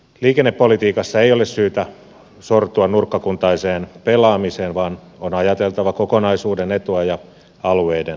liikennepolitiikassa ei ole syytä sortua nurkkakuntaiseen pelaamiseen vaan on ajateltava kokonaisuuden etua ja alueiden tarpeita